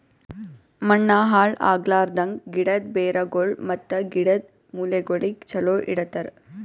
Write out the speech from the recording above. ಮಣ್ಣ ಹಾಳ್ ಆಗ್ಲಾರ್ದಂಗ್, ಗಿಡದ್ ಬೇರಗೊಳ್ ಮತ್ತ ಗಿಡದ್ ಮೂಲೆಗೊಳಿಗ್ ಚಲೋ ಇಡತರ್